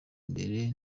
imbere